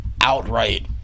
outright